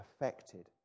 affected